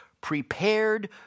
prepared